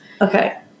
Okay